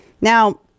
now